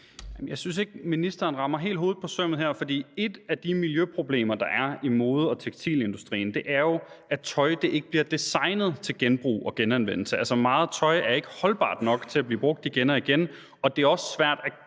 Jeg synes ikke, ministeren her helt rammer hovedet på sømmet, for et af de miljøproblemer, der er i mode- og tekstilindustrien, er jo, at tøjet ikke bliver designet til genbrug og genanvendelse. Meget tøj er ikke holdbart nok til at blive brugt igen og igen, og det er også svært at